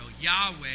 Yahweh